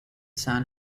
san